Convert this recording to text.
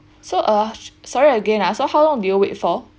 so uh sorry again ah so how long did you wait for